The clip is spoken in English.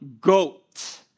goat